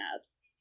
apps